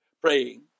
Praying